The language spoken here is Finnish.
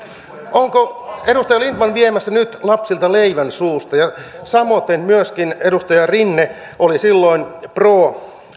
onko edustaja lindtman viemässä nyt lapsilta leivän suusta samoiten myöskin edustaja rinne joka oli silloin pro